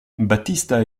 batista